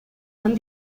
tan